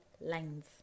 lines